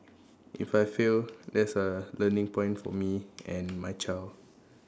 if I fail that's a learning point for me and my child